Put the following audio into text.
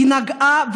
היא נגעה,